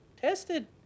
tested